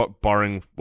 barring